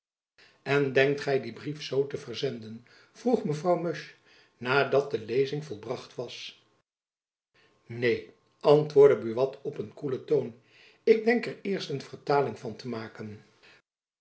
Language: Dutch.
en denkt gy dien brief z te verzenden vroeg mevrouw musch nadat de lezing volbracht was neen antwoordde buat op een koelen toon ik denk er eerst een vertaling van te maken